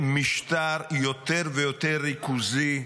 למשטר יותר ויותר ריכוזי,